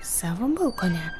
savo balkone